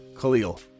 Khalil